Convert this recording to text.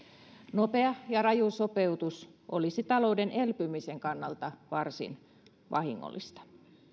nopea ja raju sopeutus olisi talouden elpymisen kannalta varsin vahingollista